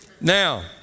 Now